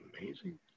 amazing